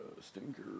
Stinker